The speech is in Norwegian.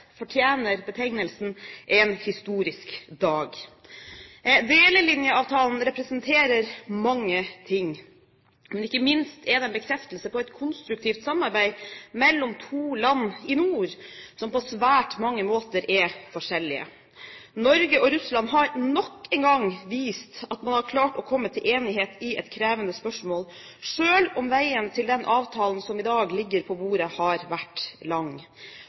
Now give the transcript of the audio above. fortjener betegnelsen «en historisk dag». Delelinjeavtalen representerer mange ting, men ikke minst er den en bekreftelse på et konstruktivt samarbeid mellom to land i nord som på svært mange måter er forskjellige. Norge og Russland har nok en gang vist at man har klart å komme til enighet i et krevende spørsmål, selv om veien til den avtalen som i dag ligger på bordet, har vært lang.